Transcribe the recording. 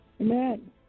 Amen